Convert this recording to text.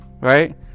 right